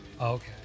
Okay